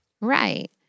Right